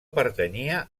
pertanyia